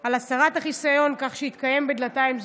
על הסרת החיסיון כך שיתקיים בדלתיים סגורות.